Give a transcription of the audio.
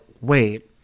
wait